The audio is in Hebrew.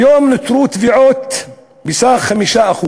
כיום נותרו תביעות בסך 5%